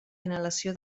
inhalació